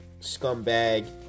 scumbag